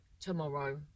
tomorrow